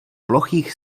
plochých